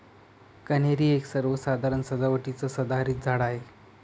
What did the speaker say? कन्हेरी एक सर्वसाधारण सजावटीचं सदाहरित झाड आहे